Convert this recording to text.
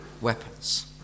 weapons